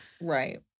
Right